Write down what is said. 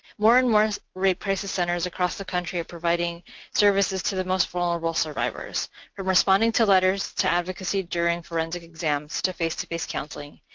more and more rape crisis centers across the country are providing services to the most vulnerable survivors. from ah responding to letters, to advocacy during forensic exams, to face-to-face counseling,